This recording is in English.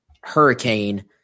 hurricane